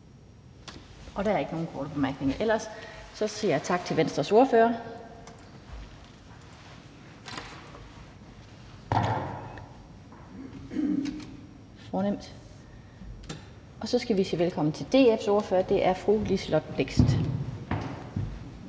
Der er ikke nogen korte bemærkninger ellers, og vi siger tak til Venstres ordfører. Så skal vi sige velkommen til DF's ordfører, og det er fru Liselott Blixt.